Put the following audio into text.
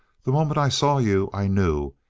the moment i saw you i knew,